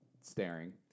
staring